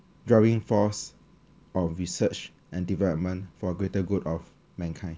driving force of research and development for greater good of mankind